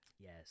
Yes